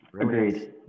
Agreed